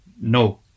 no